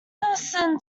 person